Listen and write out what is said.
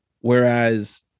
whereas